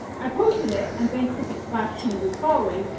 i posted it and thanks to the splash twinz's following,